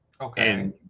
Okay